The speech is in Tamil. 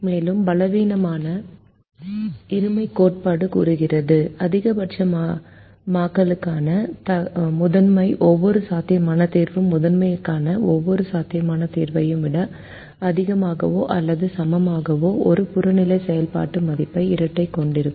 மேலும் பலவீனமான இருமைக் கோட்பாடு கூறுகிறது அதிகபட்சமயமாக்கலுக்கான முதன்மை ஒவ்வொரு சாத்தியமான தீர்வும் முதன்மையானதுக்கான ஒவ்வொரு சாத்தியமான தீர்வையும் விட அதிகமாகவோ அல்லது சமமாகவோ ஒரு புறநிலை செயல்பாட்டு மதிப்பை இரட்டை கொண்டிருக்கும்